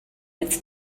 it’s